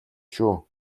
шүү